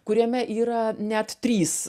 kuriame yra net trys